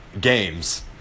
games